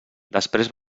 després